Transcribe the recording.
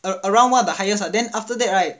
around one of the highest lah then after that right